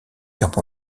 guerre